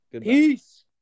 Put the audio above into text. Peace